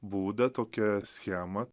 būdą tokią schemą